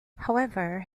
however